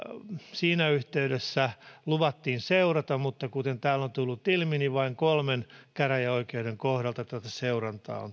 siinä yhteydessä luvattiin seurata mutta kuten täällä on tullut ilmi vain kolmen käräjäoikeuden kohdalta tuota seurantaa on